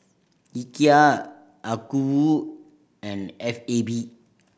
Ikea Acuvue and F A B